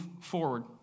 forward